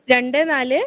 രണ്ട് നാല്